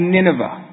Nineveh